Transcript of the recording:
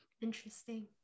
interesting